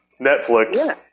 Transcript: Netflix